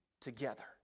together